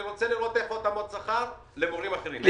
אני רוצה לראות איפה התאמות שכר למורים אחרים.